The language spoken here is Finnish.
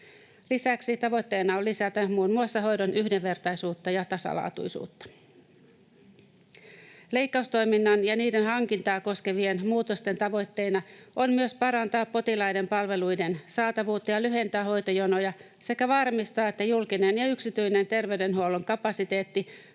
Lisäksi tavoitteena on lisätä muun muassa hoidon yhdenvertaisuutta ja tasalaatuisuutta. Leikkaustoiminnan ja niiden hankintaa koskevien muutosten tavoitteena on myös parantaa potilaiden palveluiden saatavuutta ja lyhentää hoitojonoja sekä varmistaa, että julkinen ja yksityinen terveydenhuollon kapasiteetti